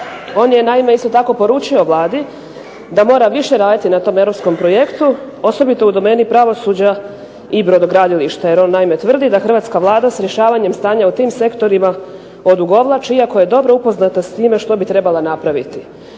On je naime isto tako poručio Vladi da mora više raditi na tom europskom projektu, osobito u domeni pravosuđa i brodogradilišta jer on naime tvrdi da hrvatska Vlada s rješavanjem stanja u tim sektorima odugovlači iako je dobro upoznata s time što bi trebala napraviti.